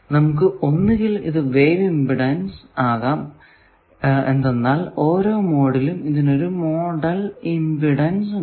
നമുക്ക് ഒന്നുകിൽ ഇത് വേവ് ഇമ്പിഡൻസ് ആകാം എന്തെന്നാൽ ഓരോ മോഡിലും ഇതിനൊരു മോഡൽ ഇമ്പിഡൻസ് ഉണ്ട്